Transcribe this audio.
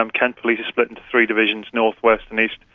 um kent police is split into three divisions, north, west and east.